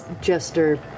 Jester